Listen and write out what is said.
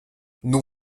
nous